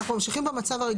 בסעיף 141 - (א) בסעיף קטן (א),